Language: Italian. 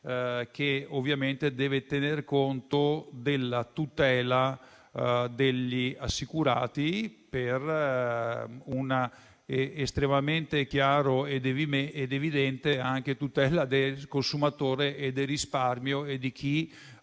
che ovviamente deve tener conto della tutela degli assicurati, ma anche - ciò è estremamente chiaro ed evidente - della tutela dei consumatori e dei risparmi di chi